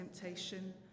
temptation